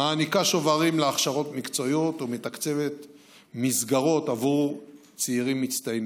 מעניקה שוברים להכשרות מקצועיות ומתקצבת מסגרות עבור צעירים מצטיינים.